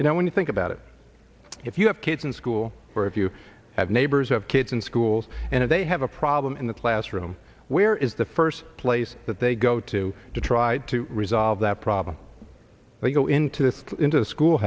you know when you think about it if you have kids in school or if you have neighbors have kids in schools and if they have a problem in the classroom where is the first place that they go to to try to resolve that problem they go into the into the school